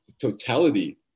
totality